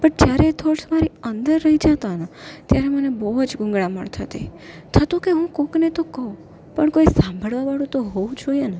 but જ્યારે એ thoughts મારી અંદર રહી જતાંને ત્યારે મને બહુ જ ગૂંગણામણ થતી થતું કે હું કોકને તો કહું પણ કોઈ સાંભળવાવાળું તો હોવું જોઈએ ને